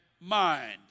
mind